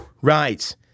Right